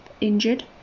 injured